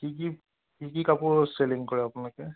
কি কি কি কি কাপোৰ চেলিং কৰে আপোনালোকে